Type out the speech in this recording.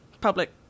public